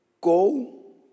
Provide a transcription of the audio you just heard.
Go